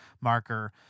marker